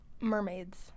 Mermaids